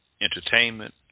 entertainment